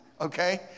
okay